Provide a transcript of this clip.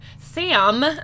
Sam